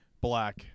black